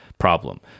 problem